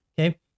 okay